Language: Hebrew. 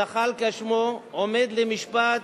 זחאלקה שמו, שעומד למשפט